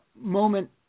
moment